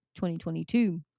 2022